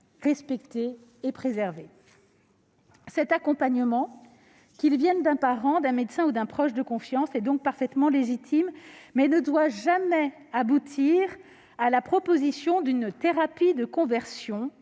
respectée et préservée. Cet accompagnement, qu'il vienne d'un parent, d'un médecin ou d'un proche de confiance, est donc parfaitement légitime, mais il ne doit jamais aboutir à la proposition d'une thérapie de conversion,